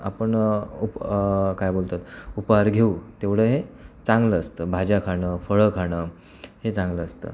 आपण उप् काय बोलतात उपहार घेऊ तेवढं हे चांगलं असतं भाज्या खाणं फळं खाणं हे चांगलं असतं